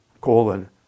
colon